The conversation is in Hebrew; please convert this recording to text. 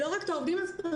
לא רק את העובדים הסוציאליים,